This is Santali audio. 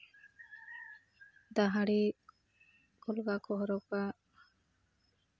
ᱫᱟᱦᱲᱤ ᱠᱚᱞᱜᱟ ᱠᱚ ᱦᱚᱨᱚᱜᱟ